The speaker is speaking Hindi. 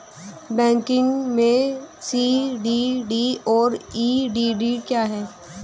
बैंकिंग में सी.डी.डी और ई.डी.डी क्या हैं?